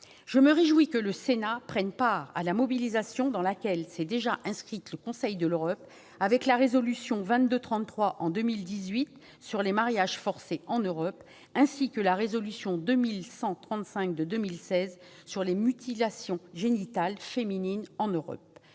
Je me réjouis que le Sénat prenne part à la mobilisation, dans laquelle s'est déjà inscrit le Conseil de l'Europe avec les résolutions 2233, adoptée en 2018 sur les mariages forcés en Europe, et 2135, adoptée en 2016 sur les mutilations génitales féminines en Europe.